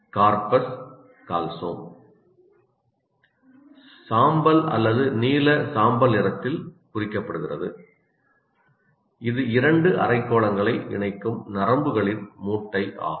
corpus callosum சாம்பல் அல்லது நீல சாம்பல் நிறத்தில் குறிக்கப்படுகிறது இது இரண்டு அரைக்கோளங்களை இணைக்கும் நரம்புகளின் மூட்டை ஆகும்